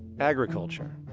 agriculture.